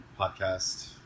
podcast